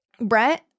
Brett